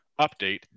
update